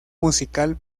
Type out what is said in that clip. musical